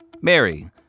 Mary